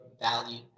value